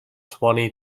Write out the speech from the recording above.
twenty